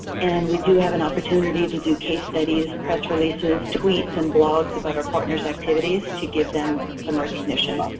and we do have an opportunity to do case studies, press releases, tweets and blogs about our partners' activities, to give them some recognition.